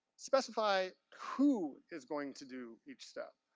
specify who is going to do each step.